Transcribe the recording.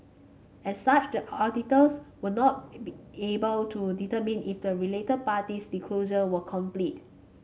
as such the auditors were not able to determine if the related party disclosure were complete